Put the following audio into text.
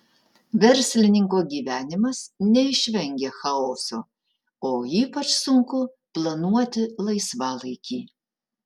verslininko gyvenimas neišvengia chaoso o ypač sunku planuoti laisvalaikį